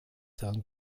herrn